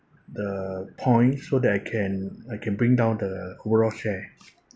the point so that I can I can bring down the overall share